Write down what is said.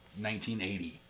1980